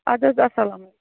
اَدٕ حظ اَسلام علیکُم